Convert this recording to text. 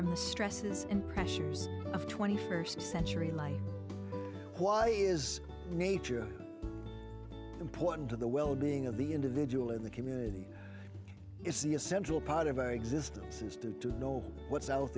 the stresses and pressures of twenty first century life why is nature important to the wellbeing of the individual in the community it's the essential part of our existence is to know what's out